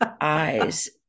eyes